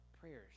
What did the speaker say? prayers